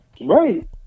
Right